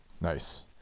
Nice